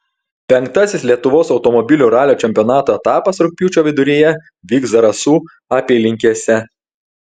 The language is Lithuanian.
penktasis lietuvos automobilių ralio čempionato etapas rugpjūčio viduryje vyks zarasų apylinkėse